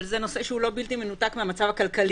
אבל זה נושא שהוא לא בלתי מנותק מהמצב הכלכלי